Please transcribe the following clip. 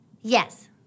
Yes